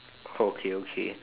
okay okay